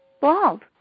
Bald